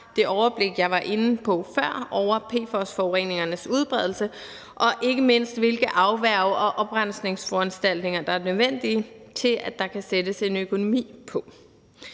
det overblik, jeg var inde på før, over PFOS-forureningernes udbredelse, og ikke mindst over, hvilke afværge- og oprensningsforanstaltninger der er nødvendige for, at der kan sættes en økonomi på.